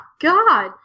god